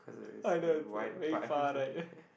I know it's like very far right